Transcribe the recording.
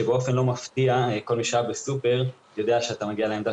כשבאופן לא מפתיע כל מי שהיה בסופר יודע שאתה מגיע לעמדה